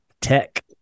tech